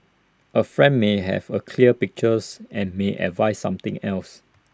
A friend may have A clear pictures and may advise something else